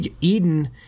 Eden